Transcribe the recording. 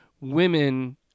women